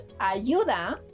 ayuda